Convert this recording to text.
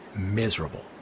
Miserable